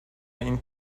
این